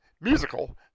musical